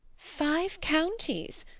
five counties!